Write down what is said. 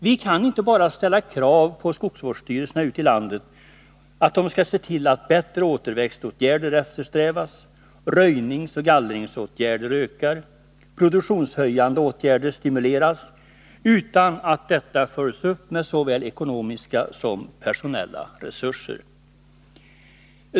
Vi kan inte bara ställa krav på skogsvårdsstyrelserna ute i landet att de skall se till att bättre återväxtåtgärder eftersträvas, att röjningsoch gallringsåtgärder ökar och att produktionshöjande åtgärder stimuleras, utan att detta följs upp med såväl ekonomiska som personella resurser.